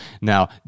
Now